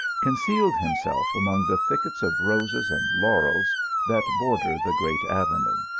concealed himself among the thickets of roses and laurels that border the great avenue.